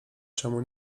czemu